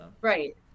Right